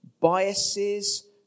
biases